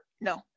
No